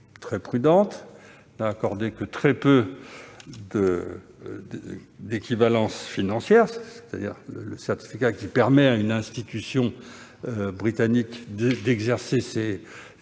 très prudente et n'a accordé que très peu d'équivalences financières, ces certificats qui permettent à une institution britannique d'exercer et